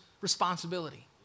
responsibility